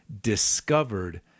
discovered